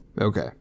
Okay